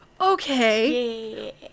Okay